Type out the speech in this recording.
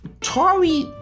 Tori